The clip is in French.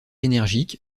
énergique